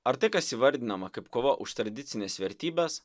ar tai kas įvardinama kaip kova už tradicines vertybes